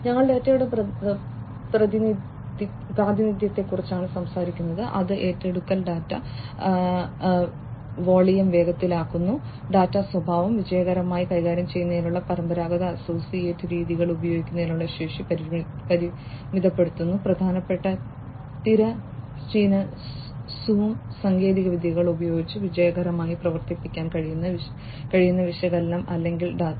ഞങ്ങൾ ഡാറ്റയുടെ പ്രാതിനിധ്യത്തെക്കുറിച്ചാണ് സംസാരിക്കുന്നത് അത് ഏറ്റെടുക്കൽ ഡാറ്റ വോളിയം വേഗത്തിലാക്കുന്നു ഡാറ്റ സ്വഭാവം വിജയകരമായി കൈകാര്യം ചെയ്യുന്നതിനുള്ള പരമ്പരാഗത അസോസിയേറ്റ് രീതികൾ ഉപയോഗിക്കുന്നതിനുള്ള ശേഷി പരിമിതപ്പെടുത്തുന്നു പ്രധാനപ്പെട്ട തിരശ്ചീന സൂം സാങ്കേതികവിദ്യകൾ ഉപയോഗിച്ച് വിജയകരമായി പ്രവർത്തിപ്പിക്കാൻ കഴിയുന്ന വിശകലനം അല്ലെങ്കിൽ ഡാറ്റ